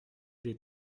des